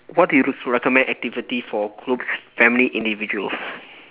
what do you recommend activity for groups family individuals